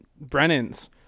Brennan's